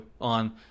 on